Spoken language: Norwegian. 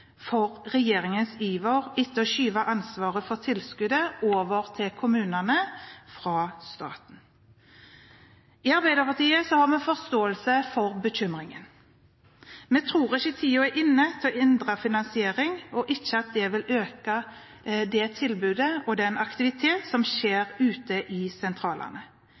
for regjeringens iver etter å skyve ansvaret for tilskuddet over på kommunene, fra staten. I Arbeiderpartiet har vi forståelse for bekymringen. Vi tror ikke tiden er inne til å endre finansiering, og ikke at det vil øke det tilbudet og den aktivitet som skjer ute i sentralene.